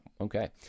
Okay